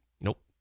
Nope